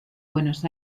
buenos